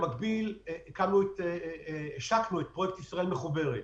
במקביל, השקנו את פרויקט "ישראל מחוברת".